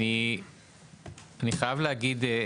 אני חייב להגיד,